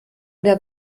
der